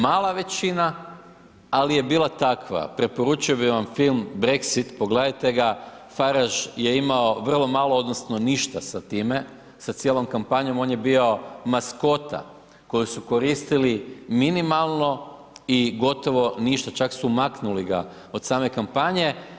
Mala većina, ali je bila takva, preporučio bi vam film Brexit, pogledajte ga, Faraž je imao vrlo malo odnosno ništa sa time, sa cijelom kampanjom on je bio maskota koju su koristili minimalno i gotovo ništa, čak su maknuli ga od same kampanje.